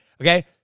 okay